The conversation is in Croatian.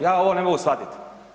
Ja ovo ne mogu shvatiti.